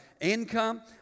income